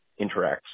interacts